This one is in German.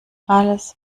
alles